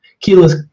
Keyless